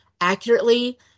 accurately